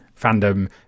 fandom